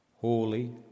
holy